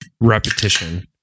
repetition